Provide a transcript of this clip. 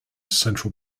central